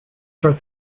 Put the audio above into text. start